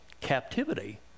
captivity